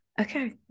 Okay